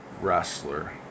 wrestler